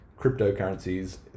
cryptocurrencies